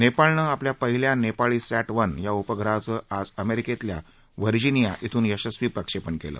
नेपाळनं आपल्या पहिल्या नेपाळी संद्रा या उपग्रहाचं आज अमेरिकेतल्या व्हर्जिनिया श्रून यशस्वी प्रक्षेपण केलं